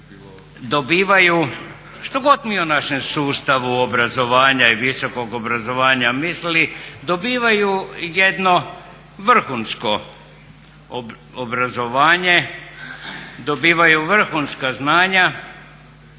dobivaju što god mi o našem sustavu obrazovanja i visokog obrazovanja mislili dobivaju jedno vrhunsko obrazovanje, dobivaju vrhunska znanja